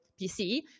PC